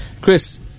Chris